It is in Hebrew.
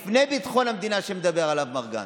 לפני ביטחון המדינה שמדבר עליו מר גנץ.